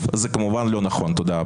תגדירי לי קבוצה.